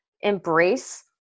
embrace